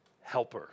helper